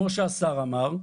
כמו שהשר אמר: